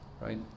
right